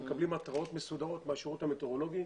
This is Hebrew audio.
אנחנו מקבלים התרעות מסודרות מהשירות המטאורולוגי,